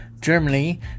Germany